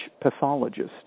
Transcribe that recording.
pathologist